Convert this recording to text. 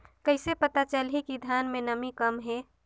कइसे पता चलही कि धान मे नमी कम हे?